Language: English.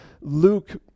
Luke